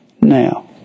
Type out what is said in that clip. Now